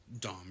Dom